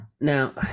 Now